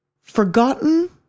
forgotten